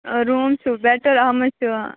room چھُ better اَتھ منٛز چھُ